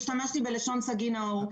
השתמשתי בלשון סגי נהור.